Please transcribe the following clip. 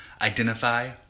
Identify